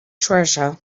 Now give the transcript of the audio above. treasure